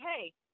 hey